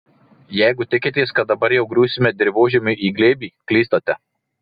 jeigu tikitės kad dabar jau griūsime dirvožemiui į glėbį klystate